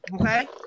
Okay